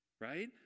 right